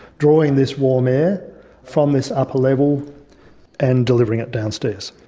drawing this warm air from this upper level and delivering it downstairs.